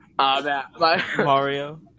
Mario